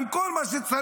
עם כל מה שצריך.